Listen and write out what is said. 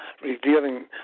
revealing